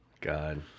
God